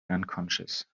unconscious